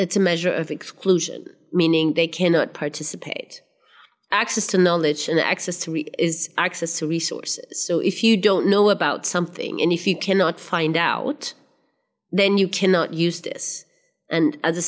it's a measure of exclusion meaning they cannot participate access to knowledge and access to is access to resources so if you don't know about something and if you cannot find out then you cannot use this and as a